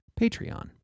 Patreon